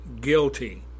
guilty